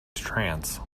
trance